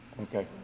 Okay